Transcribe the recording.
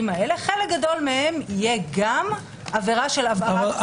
האלה יהיה בחלק גדול מהם גם עבירה של הבערה,